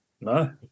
No